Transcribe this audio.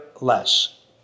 less